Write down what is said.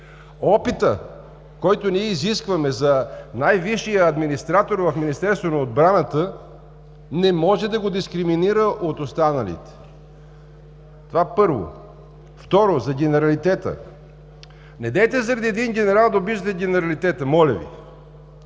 Опитът, който ние изискваме за най-висшия администратор в Министерството на отбраната, не може да го дискриминира от останалите. Това, първо. Второ, за генералитета. Недейте заради един генерал да обиждате генералитета! Моля Ви!